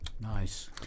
Nice